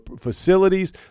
facilities